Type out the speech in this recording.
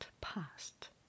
past